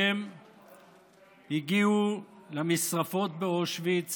שהגיעו למשרפות באושוויץ